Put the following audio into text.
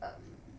um